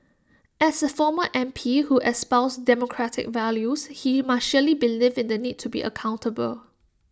as A former M P who espoused democratic values he must surely believe in the need to be accountable